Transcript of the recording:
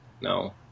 No